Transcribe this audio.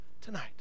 tonight